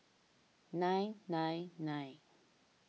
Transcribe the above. nine nine nine